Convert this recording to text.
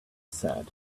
said